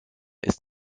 ist